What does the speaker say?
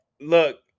look